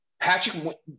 Patrick